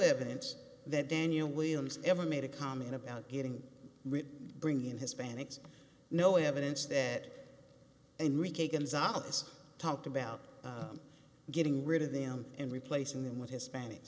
evidence that daniel williams ever made a comment about getting rid of ring in his pants no evidence that enrique gonzales talked about getting rid of them and replacing them with hispanic